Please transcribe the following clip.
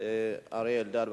אריה אלדד.